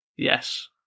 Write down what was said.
Yes